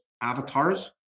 avatars